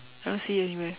I don't see it anywhere